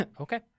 Okay